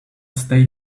stay